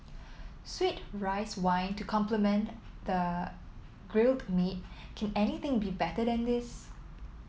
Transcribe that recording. sweet rice wine to complement the grilled meat can anything be better than this